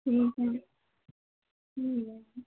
ठीक है ठीक है